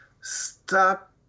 stop